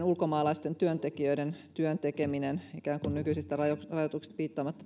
ulkomaalaisten työntekijöiden työn tekeminen ikään kuin nykyisistä rajoituksista piittaamatta